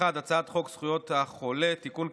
1. הצעת חוק זכויות החולה (תיקון,